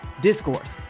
Discourse